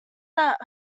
that